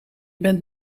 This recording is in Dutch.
bent